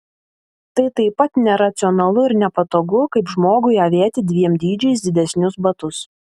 tai taip pat neracionalu ir nepatogu kaip žmogui avėti dviem dydžiais didesnius batus